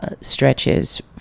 stretches